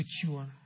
secure